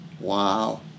Wow